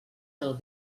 del